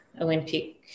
Olympic